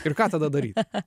ir ką tada daryt